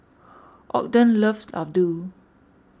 Ogden loves Ladoo